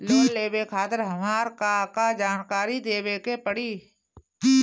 Loan लेवे खातिर हमार का का जानकारी देवे के पड़ी?